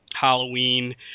Halloween